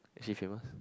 is she famous